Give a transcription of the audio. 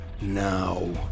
Now